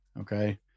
okay